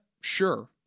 sure